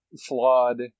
flawed